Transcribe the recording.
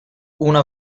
una